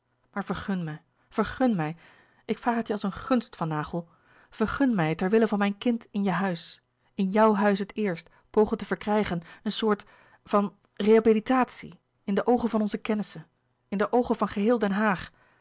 vergun mij vergun mij ik vraag het je als een gunst van naghel vergun mij ter wille van mijn kind in je huis in jouw huis het eerst pogen te verkrijgen een soort van rehabilitatie in de oogen van onze kennissen in de oogen van geheel den haag